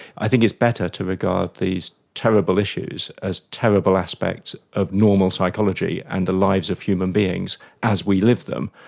i think it's better to regard these terrible issues as terrible aspects of normal psychology and the lives of human beings as we live them,